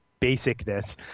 basicness